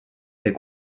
est